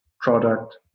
product